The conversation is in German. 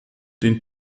den